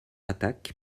attaque